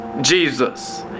Jesus